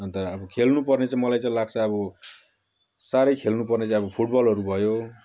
अनि तर अब खेल्नुपर्ने चाहिँ मलाई चाहिँ लाग्छ अब साह्रै खेल्नुपर्ने चाहिँ अब फुटबलहरू भयो